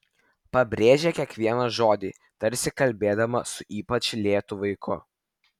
pabrėžė kiekvieną žodį tarsi kalbėdama su ypač lėtu vaiku